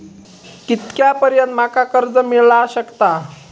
कितक्या पर्यंत माका कर्ज मिला शकता?